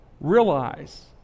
realize